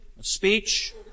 speech